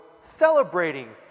celebrating